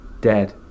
dead